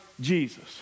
Jesus